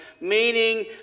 meaning